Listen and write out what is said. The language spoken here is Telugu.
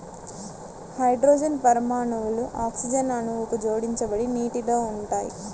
హైడ్రోజన్ పరమాణువులు ఆక్సిజన్ అణువుకు జోడించబడి నీటిలో ఉంటాయి